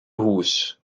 hús